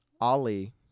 Ali